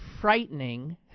frightening